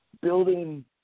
building